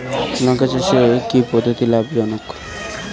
লঙ্কা চাষে সেচের কি পদ্ধতি লাভ জনক?